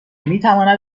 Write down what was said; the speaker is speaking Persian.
میتواند